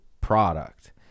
product